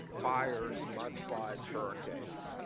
fires, mudslides, hurricanes